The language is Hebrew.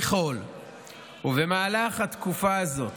ככל שבמהלך התקופה הזאת